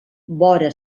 vora